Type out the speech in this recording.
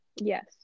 Yes